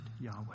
Yahweh